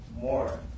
more